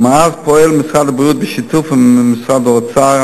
ומאז פועל משרד הבריאות בשיתוף עם משרד האוצר,